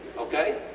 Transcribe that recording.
okay?